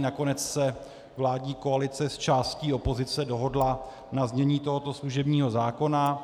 Nakonec se vládní koalice s částí opozice dohodla na znění tohoto služebního zákona.